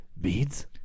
Beads